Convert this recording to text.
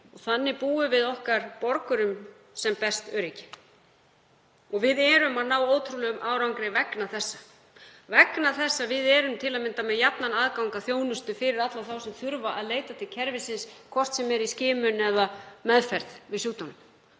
Þannig búum við okkar borgurum sem best öryggi. Við erum að ná ótrúlegum árangri vegna þess að við erum til að mynda með jafnan aðgang að þjónustu fyrir alla þá sem þurfa að leita til kerfisins, hvort sem er í skimun eða meðferð við sjúkdómnum.